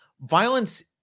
violence